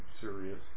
serious